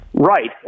Right